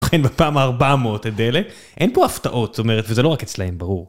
ובכן בפעם הארבעה מאות את אלה, אין פה הפתעות, זאת אומרת, וזה לא רק אצלהם, ברור.